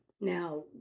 Now